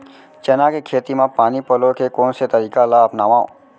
चना के खेती म पानी पलोय के कोन से तरीका ला अपनावव?